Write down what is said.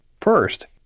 First